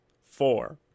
four